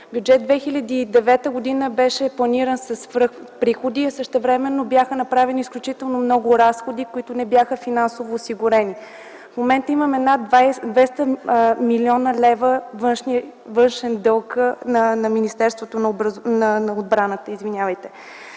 Бюджет 2009 беше планиран със свръхприходи, а същевременно бяха направени изключително много разходи, които не бяха финансово осигурени. В момента имаме над 200 млн. лв. външен дълг на Министерството на отбраната,